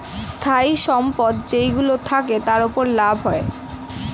স্থায়ী সম্পদ যেইগুলো থাকে, তার উপর লাভ হয়